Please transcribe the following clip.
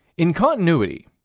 in continuity,